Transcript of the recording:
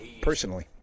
Personally